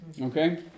Okay